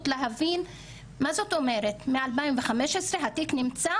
להבין מה זאת אומרת מ-2015 התיק נמצא